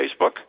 Facebook